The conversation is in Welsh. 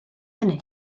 hynny